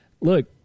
look